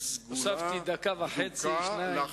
הוספתי דקה וחצי ואני מבקש ממך לסיים.